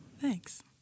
Thanks